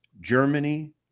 Germany